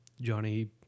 Johnny